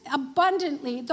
abundantly